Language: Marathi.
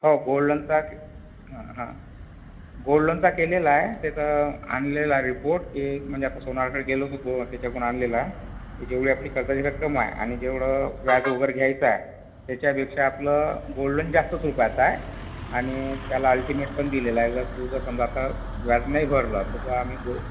हो गोल्ड लोनचा हा हा गोल्ड लोनचा केलेला आहे त्याचं आणलेला आहे रिपोर्ट की म्हणजे आता सोनाराकडे गेलो होतो त्याच्याकडून आणलेला आहे की जेवढी आपली कर्जाची रक्कम आहे आणि जेवढं व्याज वगैरे घ्यायचं आहे त्याच्यापेक्षा आपलं गोल्ड लोन जास्त सोपं आहे काय आता आणि त्याला अल्टिमेट पण दिलेला आहे जर तू जर समजा आता व्याज नाही भरला तर बा आम्ही तो